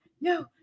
No